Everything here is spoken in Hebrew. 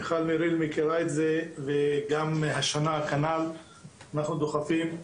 מיכל מריל מכירה את זה וגם השנה כנ"ל אנחנו דוחפים.